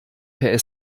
per